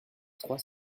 trois